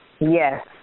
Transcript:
Yes